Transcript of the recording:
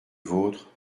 vôtre